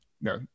no